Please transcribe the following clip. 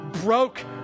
broke